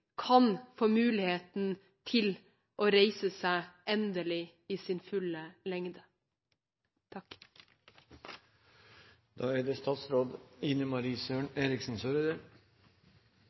kan få muligheten til endelig å reise seg i sin fulle